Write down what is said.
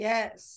Yes